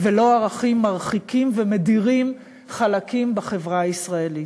ולא ערכים מרחיקים ומדירים חלקים בחברה הישראלית.